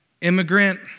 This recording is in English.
immigrant